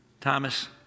Thomas